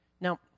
Now